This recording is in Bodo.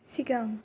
सिगां